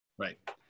right